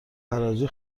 حراجی